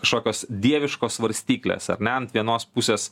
kažkokios dieviškos svarstyklės ar ne ant vienos pusės